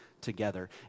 together